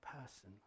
person